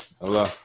Hello